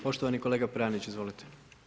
Poštovani kolega Pranić, izvolite.